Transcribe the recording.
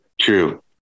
True